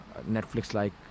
Netflix-like